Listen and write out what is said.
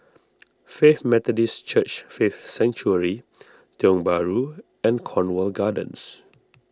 Faith Methodist Church Faith Sanctuary Tiong Bahru and Cornwall Gardens